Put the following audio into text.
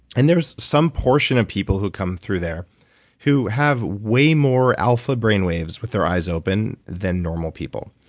and there's some portion of people who come through there who have way more alpha brainwaves with their eyes open than normal people.